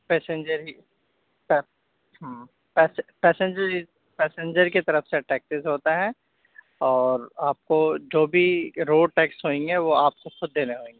passenger ہی کے ہوں پیسنجر کی طرف سے ٹیکسز ہوتا ہے اور آپ کو جو بھی روڈ ٹیکس ہوئیں گے وہ آپ کو خود دینے ہوئیں گے